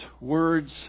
words